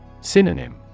Synonym